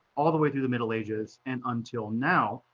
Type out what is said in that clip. all the way through the middle ages. and until now,